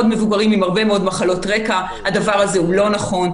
מבוגרים עם הרבה מאוד מחלות רקע הדבר הזה הוא לא נכון.